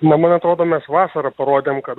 na man atrodo mes vasarą parodėm kad